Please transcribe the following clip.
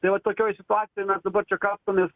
tai vat tokioj situacijoj mes dabar čia kapstomės